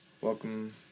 Welcome